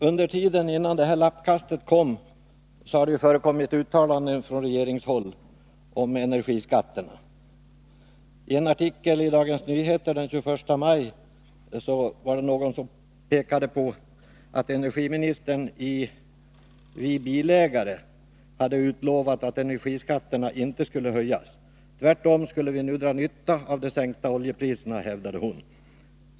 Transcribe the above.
Under tiden har det gjorts uttalanden från regeringshåll om energiskatterna. I en artikel i Dagens Nyheter den 21 maj var det någon som påpekade att energiministern i Vi Bilägare lovat att energiskatterna inte skulle höjas. Tvärtom skulle vi dra nytta av de sänkta oljepriserna, hävdade hon.